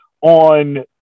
on